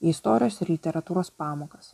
į istorijos ir literatūros pamokas